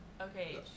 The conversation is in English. Okay